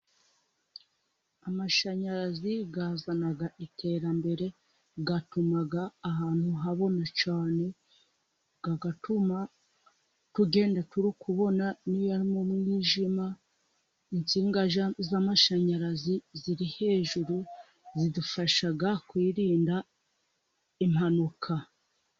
Amashanyarazi azana iterambere, atuma ahantu habona cyane, agatuma tugenda turi kubona n'iyo ari mu mwijima, intsinga z'amashanyarazi ziri hejuru zidufasha kwirinda impanuka.